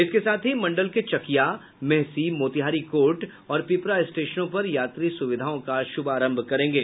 इसके साथ ही मंडल के चकिया मेहसी मोतिहारी कोर्ट और पिपरा स्टेशनों पर यात्री सुविधाओं का शुभारंभ करेंगे